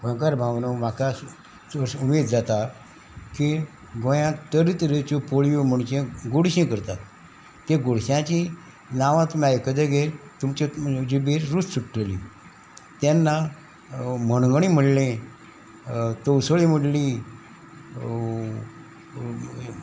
गोंयकार भावन म्हाका उमेद जाता की गोंयांत तरेतरेच्यो पोळयो म्हणजे गोडशें करतात ते गोडशांची नांवांत तुमी आयकतगीर तुमचे जिबेर रूच सुट्टली तेन्ना मणगणी म्हणलें तवसळी म्हणली